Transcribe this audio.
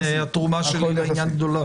התרומה שלי לעניין גדולה.